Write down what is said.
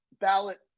ballot